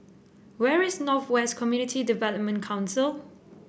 where is North West Community Development Council